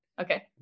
Okay